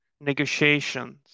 negotiations